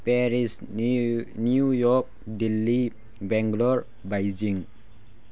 Paris New York Delhi Bangalore Beijing